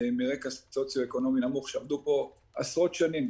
מרקע סוציואקונומי נמוך שעבדו פה עשרות שנים.